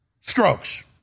strokes